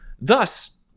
Thus